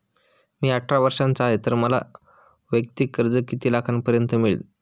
मी अठरा वर्षांचा आहे तर मला वैयक्तिक कर्ज किती लाखांपर्यंत मिळेल?